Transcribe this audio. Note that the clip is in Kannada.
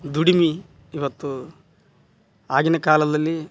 ದುಡಿಮೆ ಇವತ್ತು ಆಗಿನ ಕಾಲದಲ್ಲಿ